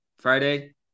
friday